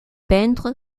peintre